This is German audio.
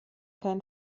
kein